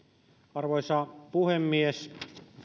arvoisa puhemies